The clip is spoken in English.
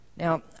Now